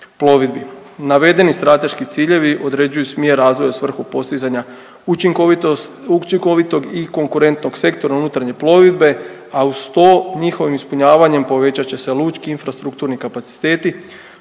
plovidbi. Navedeni strateški ciljevi određuju smjer razvoja u svrhu postizanja učinkovitog i konkurentnog sektora unutarnje plovidbe, a uz to njihovim ispunjavanjem povećat će lučki infrastrukturni kapaciteti